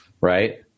right